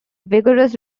vigorous